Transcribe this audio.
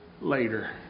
later